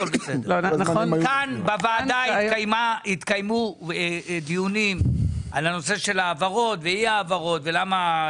כאן בוועדה התקיימו דיונים על הנושא של העברות ואי העברות ולמה.